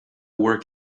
work